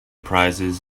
prizes